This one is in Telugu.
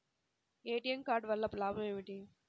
ఏ.టీ.ఎం కార్డు వల్ల లాభం ఏమిటి?